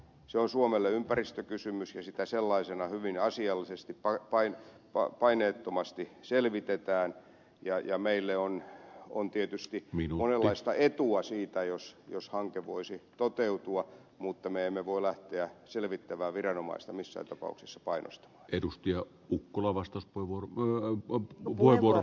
se on suomelle ympäristökysymys ja sitä sellaisena hyvin asiallisesti paineettomasti selvitetään ja meille on tietysti monenlaista etua siitä jos hanke voisi toteutua mutta me emme voi lähteä selvittävää viranomaista missään tapauksessa panosta edusti niikkulavastus murrayn puheille